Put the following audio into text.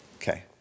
Okay